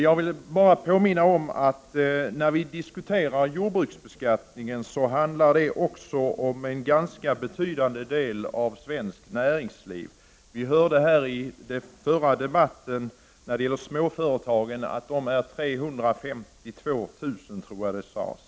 Jag vill påminna om att när vi diskuterar jordbruksbeskattningen berör också denna en ganska betydande del av svenskt näringsliv. Vi hörde nyss att småföretagens antal utgör 352 000 — om jag minns rätt.